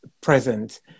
present